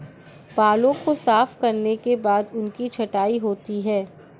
बालों को साफ करने के बाद उनकी छँटाई होती है